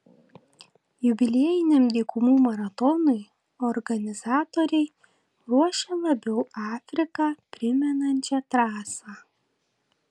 jubiliejiniam dykumų maratonui organizatoriai ruošia labiau afriką primenančią trasą